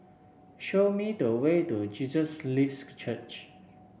show me the way to Jesus Lives Church